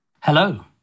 Hello